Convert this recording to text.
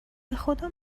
بخدا